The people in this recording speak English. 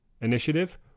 initiative